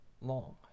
long